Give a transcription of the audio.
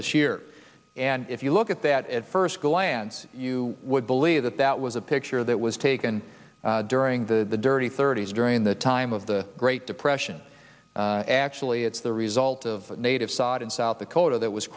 this year and if you look at that at first glance you would believe that that was a picture that was taken during the dirty thirty's during the time of the great depression actually it's the result of native sod in south dakota that was